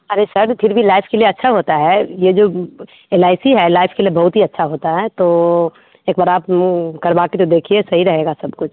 अरे सर फिर भी लाइफ़ के लिए अच्छा होता है यह जो एल आई सी है लाइफ़ के लिए बहुत ही अच्छा होता है तो एक बार आप करवा के तो देखिए सही रहेगा सब कुछ